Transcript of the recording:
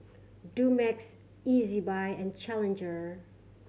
Dumex Ezbuy and Challenger